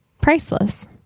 Priceless